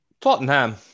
Tottenham